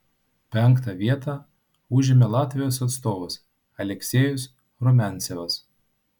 penktą vietą užėmė latvijos atstovas aleksejus rumiancevas